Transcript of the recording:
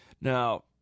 Now